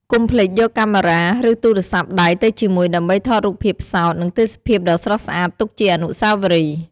កុំភ្លេចយកកាមេរ៉ា ឬទូរស័ព្ទដៃទៅជាមួយដើម្បីថតរូបភាពផ្សោត និងទេសភាពដ៏ស្រស់ស្អាតទុកជាអនុស្សាវរីយ៍ ។